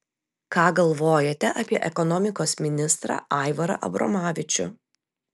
ką galvojate apie ekonomikos ministrą aivarą abromavičių